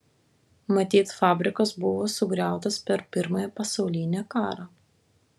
matyt fabrikas buvo sugriautas per pirmąjį pasaulinį karą